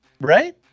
right